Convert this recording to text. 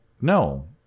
no